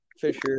Fisher